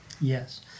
Yes